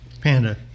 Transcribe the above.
Panda